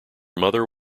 mother